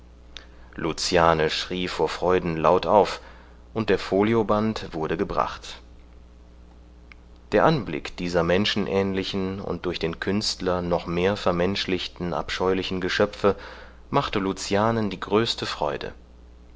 luciane schrie vor freuden laut auf und der folioband wurde gebracht der anblick dieser menschenähnlichen und durch den künstler noch mehr vermenschlichten abscheulichen geschöpfe machte lucianen die größte freude